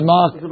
Mark